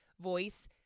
voice